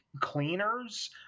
cleaners